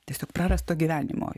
tiesiog prarasto gyvenimo